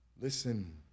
Listen